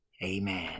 Amen